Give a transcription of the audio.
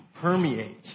permeate